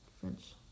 French